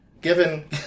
Given